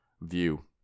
view